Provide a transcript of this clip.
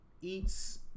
eats